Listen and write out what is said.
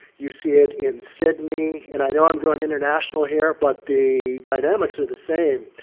you see it in sydney, and i know i'm going international here, but the dynamics are the same.